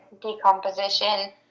decomposition